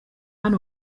hano